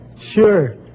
Sure